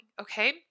Okay